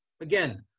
Again